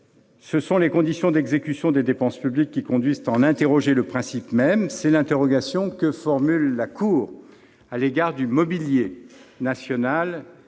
ce sont les conditions d'exécution des dépenses publiques qui conduisent à en interroger le principe même. C'est l'interrogation que formule la Cour à l'égard du Mobilier national